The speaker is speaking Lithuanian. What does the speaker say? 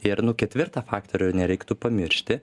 irnu ketvirtą faktorių nereiktų pamiršti